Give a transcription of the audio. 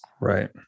Right